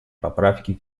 поправки